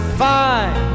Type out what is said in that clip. fine